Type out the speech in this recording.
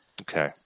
Okay